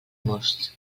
most